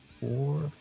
four